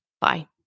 Bye